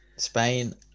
Spain